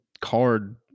card